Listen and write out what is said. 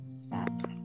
sad